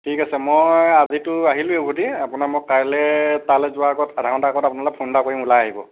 ঠিক আছে মই আজিতো আহিলোঁৱেই উভতি আপোনাক মই কাইলৈ তালৈ যোৱাৰ আগত আধা ঘণ্টা আগত আপোনালৈ ফোন এটা কৰিম ওলাই আহিব